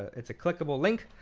it's a clickable link.